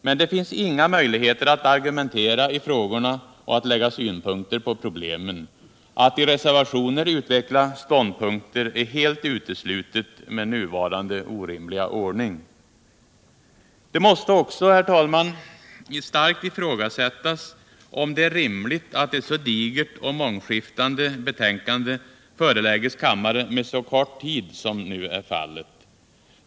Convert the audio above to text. Men det finns inga möjligheter att argumentera i frågorna och att anlägga synpunkter på problemen. Att i reservationer utveckla ståndpunkter är helt uteslutet med nuvarande orimliga ordning. Det måste också, herr talman, starkt ifrågasättas om det är rimligt att ett så digert och mångskiftande betänkande föreläggs kammaren med så kort tid som nu är fallet.